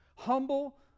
humble